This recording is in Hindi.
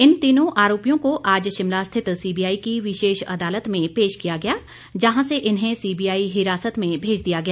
इन तीनों आरोपियों को आज शिमला स्थित सीबीआई की विशेष अदालत में पेश किया गया जहां से इन्हें सीबीआई हिरासत में भेज दिया गया